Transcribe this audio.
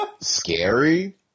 scary